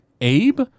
Abe